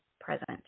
present